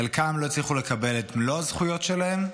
חלקם לא הצליחו לקבל את מלוא הזכויות שלהם,